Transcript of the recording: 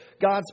God's